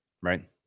right